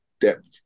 depth